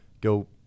go